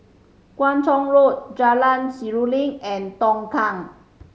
Kung Chong Road Jalan Seruling and Tongkang